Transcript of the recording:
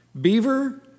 Beaver